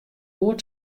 goed